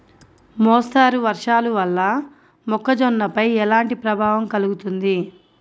మోస్తరు వర్షాలు వల్ల మొక్కజొన్నపై ఎలాంటి ప్రభావం కలుగుతుంది?